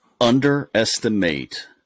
underestimate